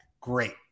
great